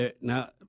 Now